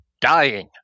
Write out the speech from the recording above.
dying